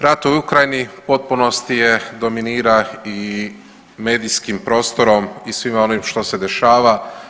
Rat u Ukrajini u potpunosti dominira i medijskim prostorom i svima onim što se dešava.